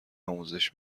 آموزش